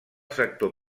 sector